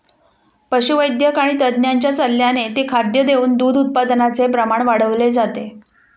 पशुवैद्यक आणि तज्ञांच्या सल्ल्याने ते खाद्य देऊन दूध उत्पादनाचे प्रमाण वाढवले जाते